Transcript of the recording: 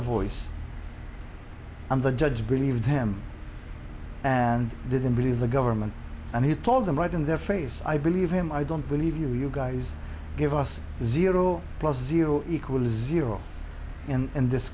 our voice and the judge believed him and didn't believe the government and he told them right in their face i believe him i don't believe you you guys give us the zero plus zero equals zero and this